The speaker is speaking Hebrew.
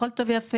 הכול טוב ויפה.